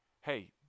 hey